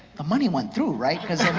the money went through, right, cause